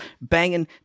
banging